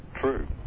True